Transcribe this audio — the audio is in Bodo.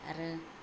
आरो